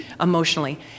emotionally